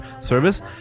service